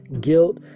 guilt